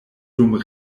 dum